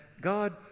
God